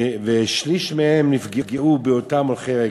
ושליש מהם נפגעו בהיותם הולכי רגל.